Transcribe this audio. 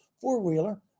four-wheeler